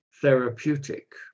therapeutic